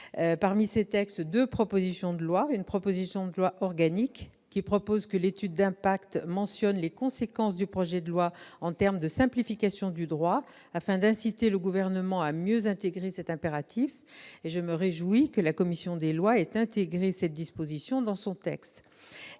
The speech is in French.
dont deux propositions de loi : une proposition de loi organique prévoyant que l'étude d'impact mentionne les conséquences du projet de loi en termes de simplification du droit, afin d'inciter le Gouvernement à mieux prendre en compte cet impératif- je me réjouis que la commission des lois ait intégré cette disposition dans son texte